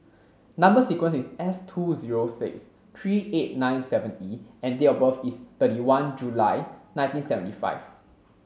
number sequence is S two zero six three eight nine seven E and date of birth is thirty one July nineteen seventy five